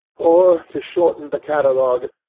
or, to shorten the catalogue,